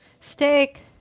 steak